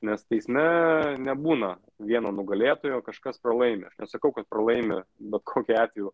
nes teisme nebūna vieno nugalėtojo kažkas pralaimi aš nesakau kad pralaimi bet kokiu atveju